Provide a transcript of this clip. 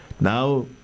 now